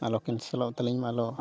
ᱟᱞᱚ ᱠᱮᱱᱥᱮᱞᱚᱜ ᱛᱟᱹᱞᱤᱧ ᱢᱟ ᱟᱞᱚ